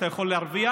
אתה יכול להרוויח,